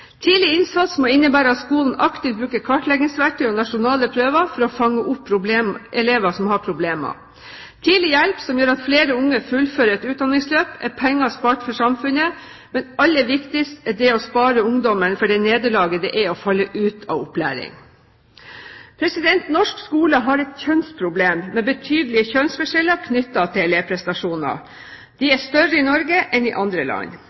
Tidlig innsats må innebære at skolen aktivt bruker kartleggingsverktøy og nasjonale prøver for å fange opp elever som har problemer. Tidlig hjelp, som gjør at flere unge fullfører et utdanningsløp, er penger spart for samfunnet, men aller viktigst er det å spare ungdommene for det nederlaget det er å falle ut av opplæringen. Norsk skole har et problem med betydelige kjønnsforskjeller knyttet til elevprestasjoner. De er større i Norge enn i andre land.